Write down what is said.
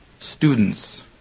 students